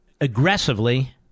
aggressively